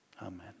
Amen